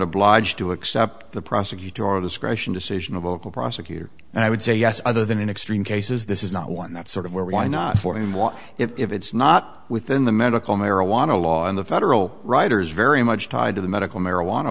obliged to accept the prosecutorial discretion decision of local prosecutor and i would say yes other than in extreme cases this is not one that's sort of where why not for him what if it's not within the medical marijuana law in the federal writers very much tied to the medical marijuana